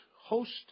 host